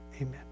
amen